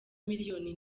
miliyoni